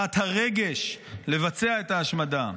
להט הרגש לבצע את ההשמדה.